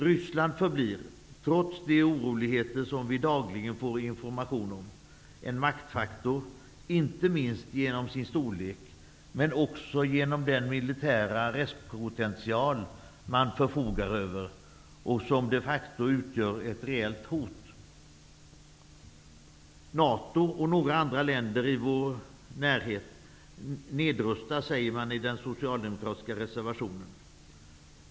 Ryssland förblir, trots de oroligheter som vi dagligen får information om, en maktfaktor, inte minst genom sin storlek men också genom den militära respotential man förfogar över och som de facto utgör ett reellt hot. NATO-länderna och några andra länder i vår närhet avrustar, säger man i den socialdemokratiska reservationen.